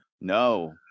no